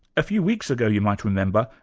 a few weeks ago, you might remember,